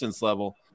level